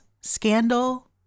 scandal